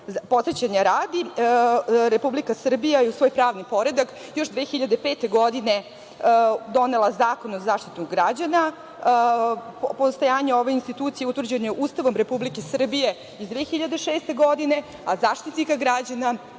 Podsećanja radi, Republika Srbija je u svoj pravni poredak još 2005. godine donela Zakon o zaštitu građana. Postojanje ove institucije utvrđeno je Ustavom Republike Srbije iz 2006. godine, a Zaštitnika građana